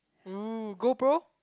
oh GoPro